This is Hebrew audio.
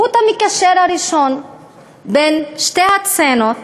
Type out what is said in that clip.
החוט המקשר הראשון בין שתי הסצנות